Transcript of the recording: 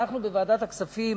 אנחנו בוועדת הכספים,